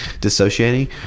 dissociating